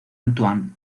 antoine